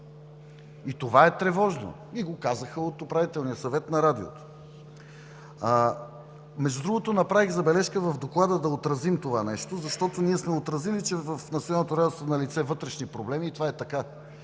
И това е тревожно. И го казаха от Управителния съвет на Радиото. Между другото, направих забележка в Доклада да отразим това нещо, защото ние сме отразили, че в Националното радио са налице вътрешни проблеми и това е така.